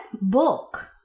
book